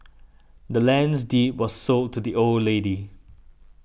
the land's deed was sold to the old lady